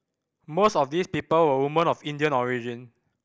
most of these people were woman of Indian origin